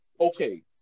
okay